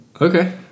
Okay